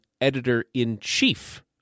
editor-in-chief